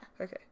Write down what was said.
Okay